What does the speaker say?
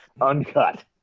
Uncut